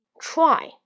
try